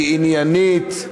היא עניינית,